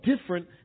different